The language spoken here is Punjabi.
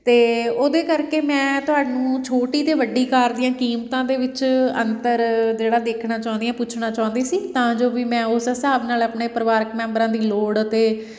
ਅਤੇ ਉਹਦੇ ਕਰਕੇ ਮੈਂ ਤੁਹਾਨੂੰ ਛੋਟੀ ਅਤੇ ਵੱਡੀ ਕਾਰ ਦੀਆਂ ਕੀਮਤਾਂ ਦੇ ਵਿੱਚ ਅੰਤਰ ਜਿਹੜਾ ਦੇਖਣਾ ਚਾਹੁੰਦੀ ਹਾਂ ਪੁੱਛਣਾ ਚਾਹੁੰਦੀ ਸੀ ਤਾਂ ਜੋ ਵੀ ਮੈਂ ਉਸ ਹਿਸਾਬ ਨਾਲ ਆਪਣੇ ਪਰਿਵਾਰਕ ਮੈਂਬਰਾਂ ਦੀ ਲੋੜ ਅਤੇ